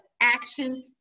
action